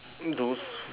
those